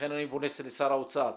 לכן אני פונה לשר האוצר,